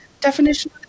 definition